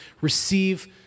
Receive